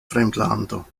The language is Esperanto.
fremdlando